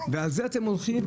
על זה אתם הולכים?